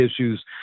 issues